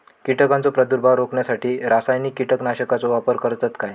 कीटकांचो प्रादुर्भाव रोखण्यासाठी रासायनिक कीटकनाशकाचो वापर करतत काय?